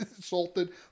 salted